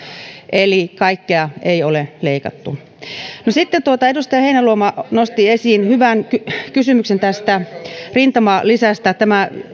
eli kaikkea ei ole leikattu sitten edustaja heinäluoma nosti esiin hyvän kysymyksen tästä rintamalisästä tämä